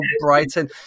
Brighton